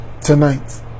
tonight